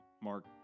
Mark